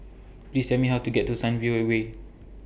Please Tell Me How to get to Sunview Way